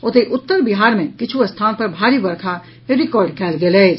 ओतहि उत्तर बिहार मे किछु स्थान पर भारी वर्षा रिकॉर्ड कयल गेल अछि